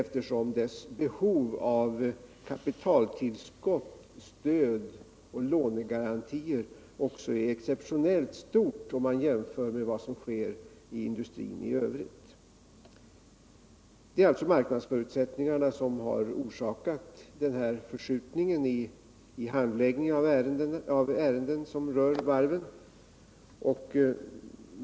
Varvsindustrins behov av kapitaltillskott, stöd och lånegarantier är ju exeptionellt stort jämfört med industrin i övrigt. Marknadsförutsättningarna har alltså orsakat den här förskjutningen i handläggningen av ärenden som rör varven.